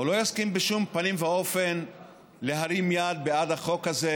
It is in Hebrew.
הוא לא יסכים בשום פנים ואופן להרים יד בעד החוק הזה,